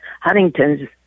Huntington's